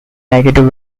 negative